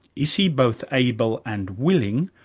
is he both able and willing?